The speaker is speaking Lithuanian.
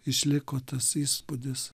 išliko tas įspūdis